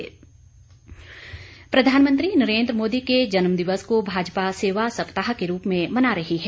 स्वच्छता अभियान प्रधानमंत्री नरेंद्र मोदी के जन्मदिवस को भाजपा सेवा सप्ताह के रूप में मना रही है